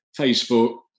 Facebook